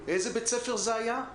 איזה בית ספר זה היה?